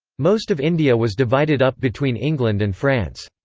most of india was divided up between england and france.